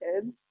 kids